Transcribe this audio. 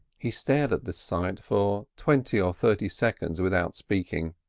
he stared at this sight for twenty or thirty seconds without speaking,